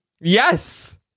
Yes